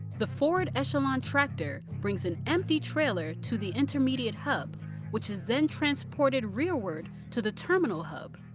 the forward echelon tractor brings an empty trailer to the intermediate hub which is then transported rearward to the terminal hub.